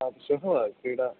आं श्वः वा कीडा